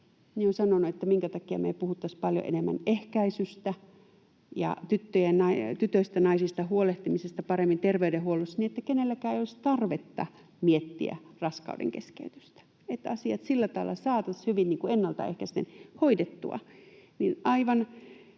olen sanonut, että minkä takia me ei puhuttaisi paljon enemmän ehkäisystä ja tytöistä ja naisista huolehtimisesta paremmin terveydenhuollossa, niin että kenelläkään ei olisi tarvetta miettiä raskaudenkeskeytystä, että asiat sillä tavalla saataisiin hyvin ennalta ehkäisten hoidettua.